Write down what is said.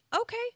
Okay